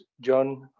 John